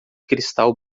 cristal